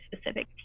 specific